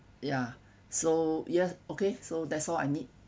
ya so ya okay so that's all I need